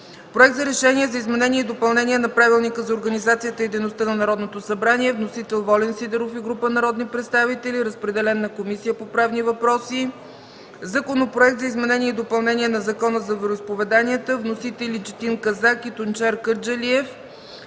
Проект за решение за изменение и допълнение на Правилника за организацията и дейността на Народното събрание. Вносител – Волен Сидеров и група народни представители. Разпределен е на Комисията по правни въпроси. Законопроект за изменение и допълнение на Закона за вероизповеданията. Вносители – народните